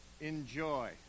enjoy